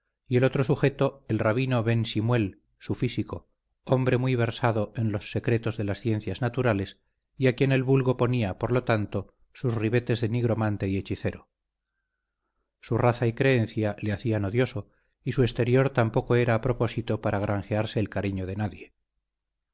y el otro sujeto el rabino ben simuel su físico hombre muy versado en los secretos de las ciencias naturales y a quien el vulgo ponía por lo tanto sus ribetes de nigromante y hechicero su raza y creencia le hacían odioso y su exterior tampoco era a propósito para granjearse el cariño de nadie